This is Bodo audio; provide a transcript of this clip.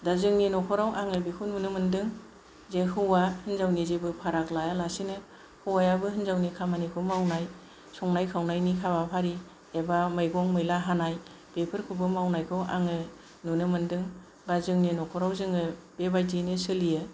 दा जोंनि नख'राव आङो बेखौ नुनो मोनदों जे हौवा हिनजावनि जेबो फाराग लायालासेनो हौवायाबो हिनजावनि खामानिखौ मावनाय संनाय खावनायनि हाबाफारि एबा मैगं मैला हानाय बेफोरखौबो मावनायखौ आङो नुनो मोनदों एबा जोंनि न'खराव जोङो बेबायदियैनो सोलियो